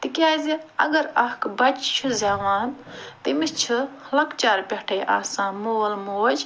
تِکیٛازِ اگر اَکھ بَچہٕ چھُ زیٚوان تٔمِس چھِ لۄکچار پٮ۪ٹھٔے آسان مول موج